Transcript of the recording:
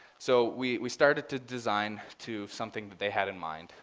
so we we started to design to something that they had in mind,